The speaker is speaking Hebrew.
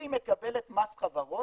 והיא מקבלת מס חברות.